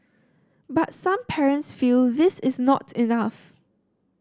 but some parents feel this is not enough